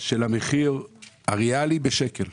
של המחיר הריאלי בשקל.